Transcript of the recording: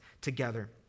together